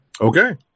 okay